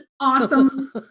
awesome